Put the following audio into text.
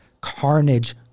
carnage